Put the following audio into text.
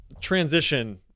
transition